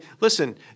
listen